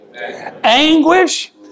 Anguish